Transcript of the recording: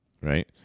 Right